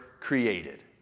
created